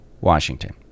Washington